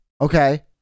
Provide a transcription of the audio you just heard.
okay